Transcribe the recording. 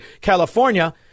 california